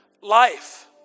life